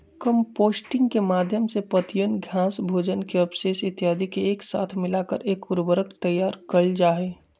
composting के माध्यम से पत्तियन, घास, भोजन के अवशेष इत्यादि के एक साथ मिलाकर एक उर्वरक तैयार कइल जाहई